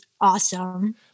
awesome